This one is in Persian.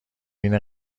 بین